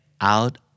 out